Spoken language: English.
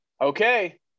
Okay